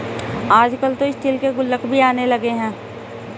आजकल तो स्टील के गुल्लक भी आने लगे हैं